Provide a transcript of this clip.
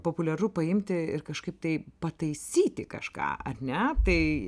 populiaru paimti ir kažkaip tai pataisyti kažką ar ne tai